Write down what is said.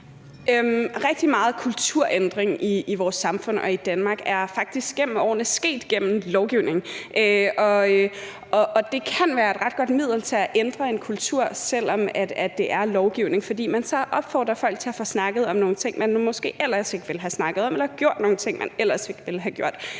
Rigtig mange kulturændringer i vores samfund er faktisk gennem årene sket gennem lovgivning, og det kan være et ret godt middel til at ændre en kultur, selv om det er lovgivning, fordi man så opfordrer folk til at få snakket om nogle ting, de måske ellers ikke ville have snakket om, eller gjort nogle ting, de ellers ikke ville have gjort.